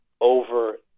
over